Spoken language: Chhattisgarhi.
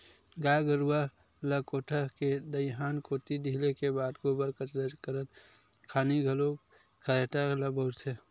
गाय गरुवा ल कोठा ले दईहान कोती ढिले के बाद गोबर कचरा करत खानी घलोक खरेटा ल बउरथे